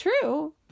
True